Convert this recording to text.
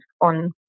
on